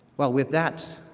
well, with that,